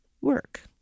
work